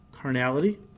carnality